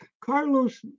Carlos